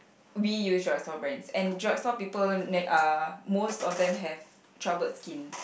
we use drugstore brands and drugstore people ne~ uh most of them have troubled skin